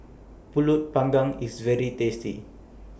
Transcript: Pulut Panggang IS very tasty